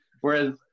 Whereas